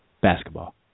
Basketball